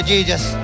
Jesus